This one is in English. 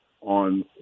on